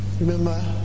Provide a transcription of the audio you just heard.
Remember